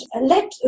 let